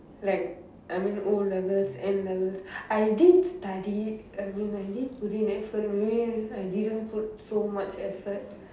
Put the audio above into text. like I mean O-levels N-levels I did study I mean like I did put in effort where I didn't put so much effort